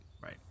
right